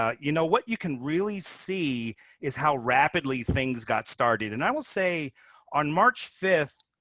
ah you know what you can really see is how rapidly things got started. and i will say on march fifth,